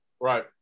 Right